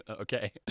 okay